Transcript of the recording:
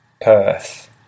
Perth